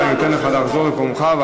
אתן לך לחזור למקומך.